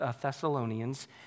Thessalonians